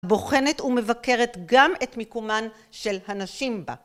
בוחנת ומבקרת גם את מיקומן של הנשים בה.